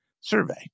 survey